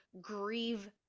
grieve